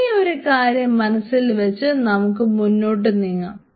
ഈ ഒരു കാര്യം മനസ്സിൽ വച്ച് നമുക്ക് മുന്നോട്ടു നീങ്ങാം